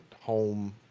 home